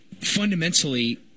fundamentally